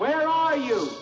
where are you